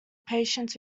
patients